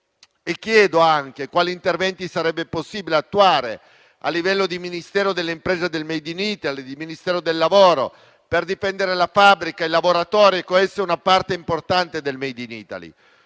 Chiedo anche quali interventi sarebbe possibile attuare a livello di Ministero delle imprese e del *made in Italy* e di Ministero del lavoro per difendere la fabbrica, i lavoratori e con essi una parte importante del *made in Italy*.